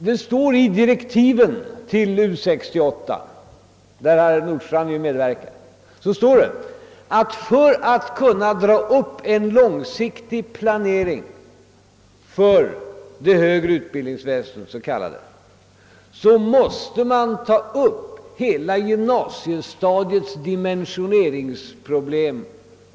Det står i direktiven till U 68, där herr Nordstrandh medverkar, att man för att kunna dra upp en långsiktig planering för det s.k. högre utbildningsväsendet också måste ta upp hela gymnasiestadiets dimensioneringsproblem.